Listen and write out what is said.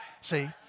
See